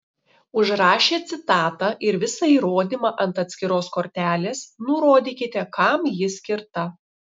užrašę citatą ir visą įrodymą ant atskiros kortelės nurodykite kam ji skirta